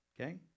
Okay